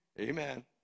Amen